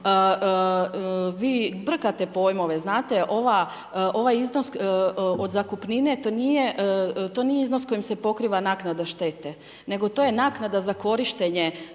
vi brkate pojmove. Znate ovaj iznos od zakupnine to nije iznos kojim se pokriva naknada štete nego to je naknada za korištenje